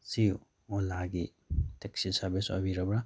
ꯁꯤ ꯑꯣꯂꯥꯒꯤ taxi service ꯑꯣꯏꯕꯤꯔꯕ꯭ꯔꯥ